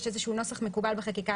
יש איזשהו נוסח מקובל בחקיקה,